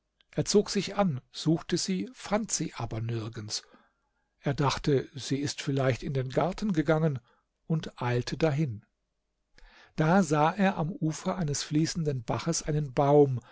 er zog sich an suchte sie fand sie aber nirgends er dachte sie ist vielleicht in den garten gegangen und eilte dahin da sah er am ufer eines fließenden baches einen baum